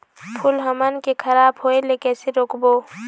फूल हमन के खराब होए ले कैसे रोकबो?